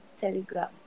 Telegram